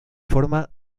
forma